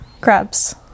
Crabs